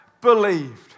believed